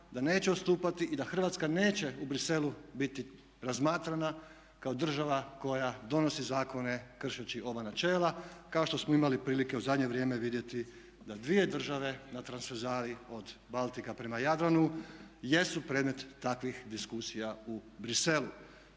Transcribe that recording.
da neće odstupati i da Hrvatska neće u Bruxellesu biti razmatrana kao država koja donosi zakone kršeći ova načela kao što smo imali prilike u zadnje vrijeme vidjeti da dvije države na transverzali od Baltika prema Jadranu jesu predmet takvih diskusija u Bruxellesu.